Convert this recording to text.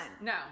No